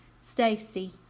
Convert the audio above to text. Stacy